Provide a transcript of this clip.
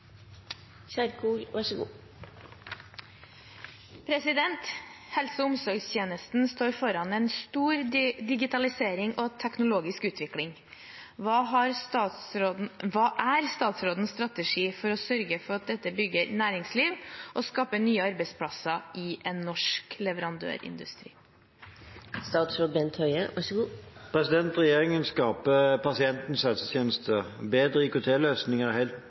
teknologisk utvikling. Hva er statsrådens strategi for å sørge for at dette bygger næringsliv og skaper nye arbeidsplasser i en norsk leverandørindustri?» Regjeringen skaper pasientens helsetjeneste. Bedre IKT-løsninger er helt nødvendig for å oppnå dette. Helse og omsorgsdepartementet er i